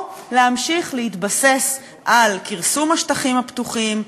או להמשיך להתבסס על כרסום השטחים הפתוחים,